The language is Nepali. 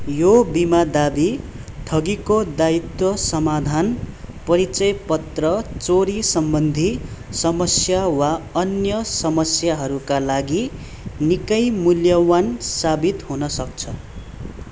यो बिमा दाबी ठगीको दायित्व समाधान परिचय पत्र चोरी सम्बन्धी समस्या वा अन्य समस्याहरूका लागि निकै मूल्यवान् साबित हुन सक्छ